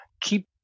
keep